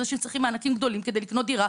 יש אנשים שצריכים מענקים גדולים כדי לקנות דירה,